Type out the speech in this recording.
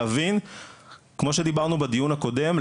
כמו שדיברנו בדיון הקודם,